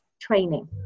training